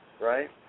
Right